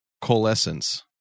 Coalescence